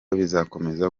bizakomeza